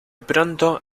pronto